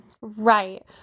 Right